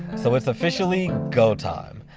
so it's officially go time.